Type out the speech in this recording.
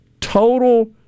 total